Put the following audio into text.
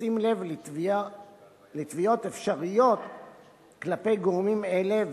בשים לב לתביעות אפשריות כלפי גורמים אלה,